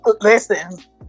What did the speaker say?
listen